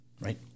right